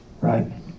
right